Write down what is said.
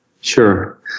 Sure